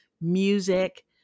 music